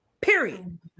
Period